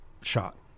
shot